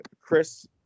Chris